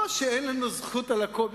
לא שאין לנו זכות על הכול,